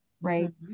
right